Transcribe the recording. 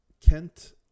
Kent